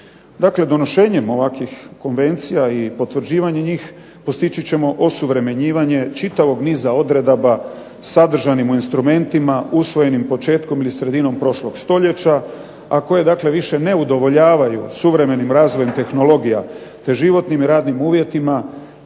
donošenjem ovakvih konvencija i potvrđivanje njih postići ćemo osuvremenjivanje čitavog niza odredaba sadržanim u instrumentima usvojenim početkom ili sredinom prošlog stoljeća, a koje dakle više ne udovoljavaju suvremenim razvojem tehnologija, te životnim radnim uvjetima